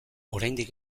oraindik